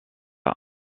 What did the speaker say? est